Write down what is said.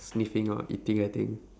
sniffing or eating I think